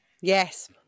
Yes